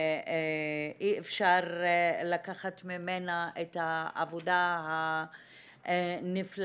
אי אפשר לקחת ממנה את העבודה הנפלאה